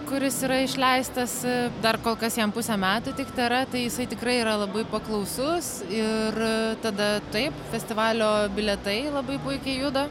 kuris yra išleistas dar kol kas jam pusę metų tik tėra tai jisai tikrai yra labai paklausus ir tada taip festivalio bilietai labai puikiai juda